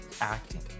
acting